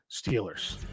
Steelers